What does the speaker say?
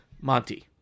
Monty